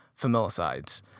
familicides